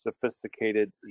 sophisticated